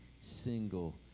single